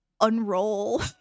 unroll